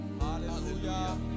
Hallelujah